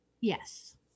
Yes